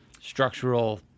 structural